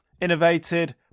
Innovated